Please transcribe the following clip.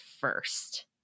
first